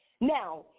Now